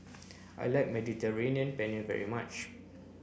I like Mediterranean Penne very much